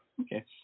Okay